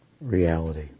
reality